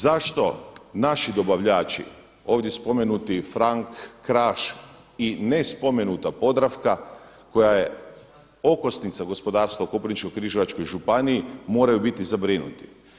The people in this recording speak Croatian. Zašto naši dobavljači ovdje spomenuti Franck, Kraš i ne spomenuta Podravka koja je okosnica gospodarstva u Koprivničko-križevačkoj županiji moraju biti zabrinuti.